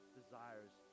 desires